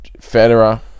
Federer